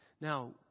Now